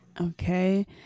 Okay